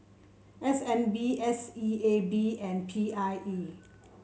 S N B S E A B and P I E